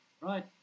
right